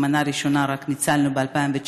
כי מנה ראשונה ניצלנו רק ב-2019.